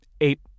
eight